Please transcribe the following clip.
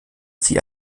sie